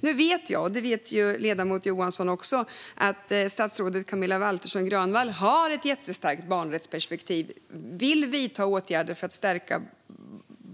Nu vet jag, och det gör ledamoten Johansson också, att statsrådet Camilla Waltersson Grönvall har ett jättestarkt barnrättsperspektiv och vill vidta åtgärder för att stärka